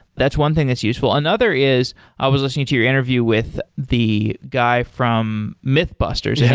that's one thing that's useful. another is i was listening to your interview with the guy from mythbusters, yeah